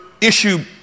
issue